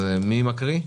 מי מקריא?